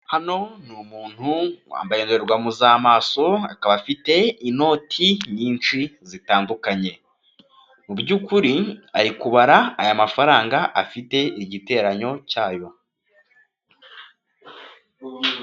Hano ni umuntu wambaye indorerwamu z'amaso, akaba afite inoti nyinshi zitandukanye, mu by'ukuri ari kubara aya mafaranga afite igiteranyo cyayo.